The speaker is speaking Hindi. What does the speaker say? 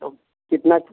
तब कितना तो